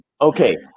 okay